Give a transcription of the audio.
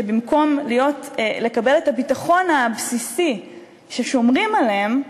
שבמקום לקבל את הביטחון הבסיסי ששומרים עליהם,